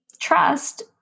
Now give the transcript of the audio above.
trust